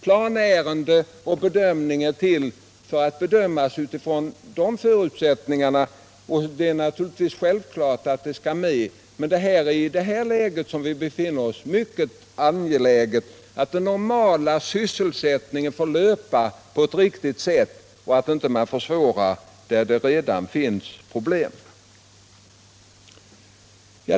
Planärenden är inte formaliteter; det är självklart att en bedömning skall göras. Men i det läge som vi befinner oss i är det mycket angeläget att den normala sysselsättningen får fortgå på ett riktigt sätt och att man inte försvårar där det redan finns problem.